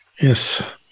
Yes